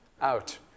out